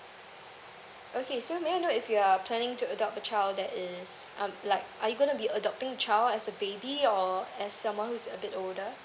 okay so may I know if you are planning to adopt the child that is um like are you gonna be adopting child as a baby or as someone who's a bit older